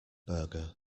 burger